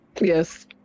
Yes